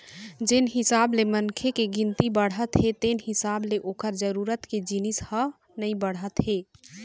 जेन हिसाब ले मनखे के गिनती बाढ़त हे तेन हिसाब ले ओखर जरूरत के जिनिस ह नइ बाढ़त हे